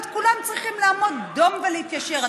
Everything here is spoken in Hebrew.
וכולם צריכים לעמוד דום ולהתיישר.